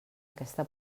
aquesta